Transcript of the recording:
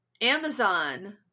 Amazon